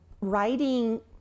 writing